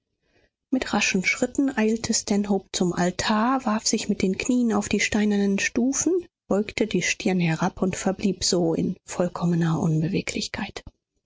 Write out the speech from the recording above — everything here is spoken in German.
mit raschen schritten eilte stanhope zum altar warf sich mit den knien auf die steinernen stufen beugte die stirn herab und verblieb so in vollkommener unbeweglichkeit